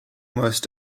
most